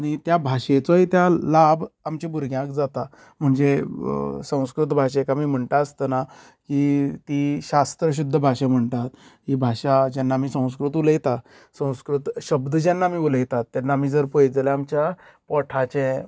आनी त्या भाशेचोय त्या लाभ आमच्या भुरग्यांक जाता म्हणजे संस्कृत भाशेक आमी म्हणटात आसतना की ती शास्त्रशूद्द भाशा म्हणटात ही भाशा जेन्ना आमी संस्कृत उलयतात संस्कृत शब्द जेन्ना आमी उलयतात तेन्ना आमी जर पळयत जाल्यार आमच्या ओठाचे